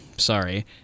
sorry